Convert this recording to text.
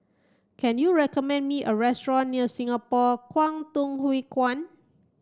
can you recommend me a restaurant near Singapore Kwangtung Hui Kuan